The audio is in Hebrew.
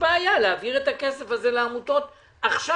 בעיה להעביר את הכסף הזה לעמותות עכשיו,